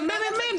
זה ממ"מ.